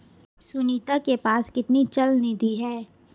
सुनीता के पास कितनी चल निधि है?